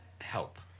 help